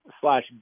slash